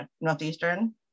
Northeastern